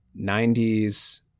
90s